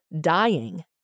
dying